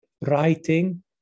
writing